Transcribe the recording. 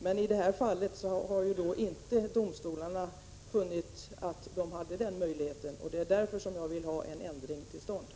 Men i det här fallet har inte domstolarna funnit att de hade en sådan möjlighet, och det är därför som jag vill ha en ändring till stånd.